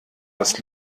das